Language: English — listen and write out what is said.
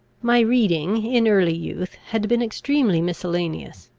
my reading, in early youth, had been extremely miscellaneous.